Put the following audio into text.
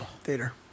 Theater